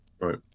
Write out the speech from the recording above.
Right